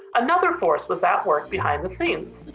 another force was at work behind the scenes.